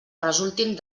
resultin